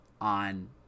on